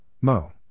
Mo